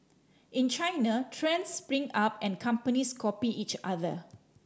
in China trends spring up and companies copy each other